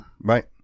right